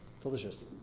delicious